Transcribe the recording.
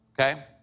okay